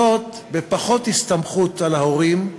וזאת בפחות הסתמכות על ההורים,